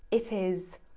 it is,